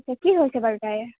এতিয়া কি হৈছে বাৰু তাইৰ